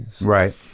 Right